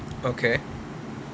okay